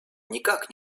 никак